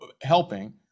helping